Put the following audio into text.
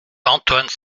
antoine